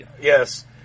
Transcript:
Yes